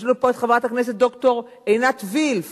יש לנו פה את חברת הכנסת ד"ר עינת וילף